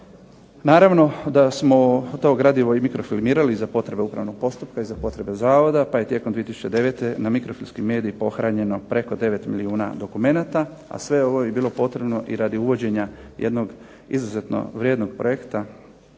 Naravno da smo to gradivo i mikro filmirali za potrebe upravnog postupka i za potrebe Zavoda, pa je tijekom 2009. na mikro filmski medij pohranjeno preko 9 milijuna dokumenata, a sve ovo bi bilo potrebno i radi uvođenja jednog izuzetno vrijednog projekta